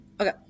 okay